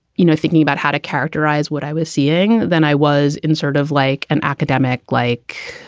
you know, thinking about how to characterize what i was seeing than i was in sort of like an academic, like,